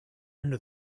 under